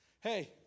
Hey